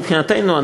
מבחינתנו,